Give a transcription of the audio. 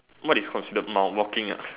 what is considered mild walking uh